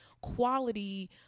quality